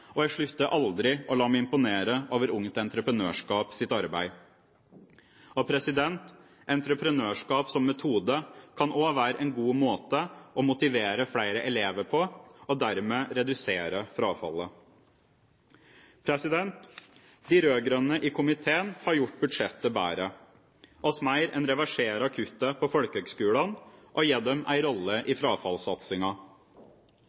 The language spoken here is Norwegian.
og jeg slutter aldri å la meg imponere over Ungt Entreprenørskaps arbeid. Entreprenørskap som metode kan også være en god måte å motivere flere elever på, og dermed redusere frafallet. De rød-grønne i komiteen har gjort budsjettet bedre. Vi mer enn reverserer kuttet på folkehøyskolene og gir dem en rolle